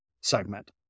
segment